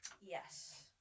Yes